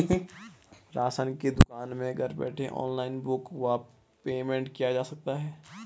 Ration की दुकान में घर बैठे ऑनलाइन बुक व पेमेंट किया जा सकता है?